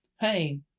Hey